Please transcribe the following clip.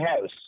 house